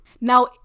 Now